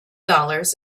dollars